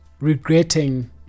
regretting